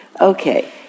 Okay